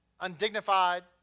undignified